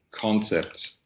concept